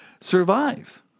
survives